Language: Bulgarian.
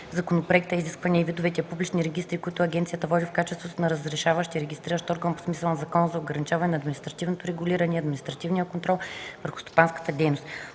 законопроекта изисквания и видовете публични регистри, които агенцията води в качеството си на разрешаващ и регистриращ орган по смисъла на Закона за ограничаване на административното регулиране и административния контрол върху стопанската дейност.